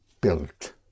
built